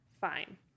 fine